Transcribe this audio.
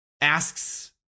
asks